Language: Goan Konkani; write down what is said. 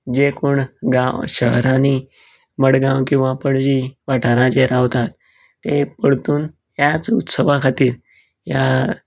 जे कोण गांव शहरांनी मडगांव किंवां पणजी वाठारांत जे रावतात ते परतून त्याच उत्सवा खातीर ह्या